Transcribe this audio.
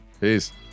peace